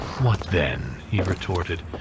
what then? he retorted.